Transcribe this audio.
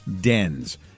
dens